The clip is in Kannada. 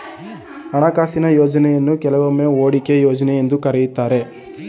ಹಣಕಾಸಿನ ಯೋಜ್ನಯನ್ನು ಕೆಲವೊಮ್ಮೆ ಹೂಡಿಕೆ ಯೋಜ್ನ ಎಂದು ಕರೆಯುತ್ತಾರೆ